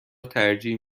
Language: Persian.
ترجیح